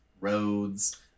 roads